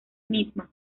misma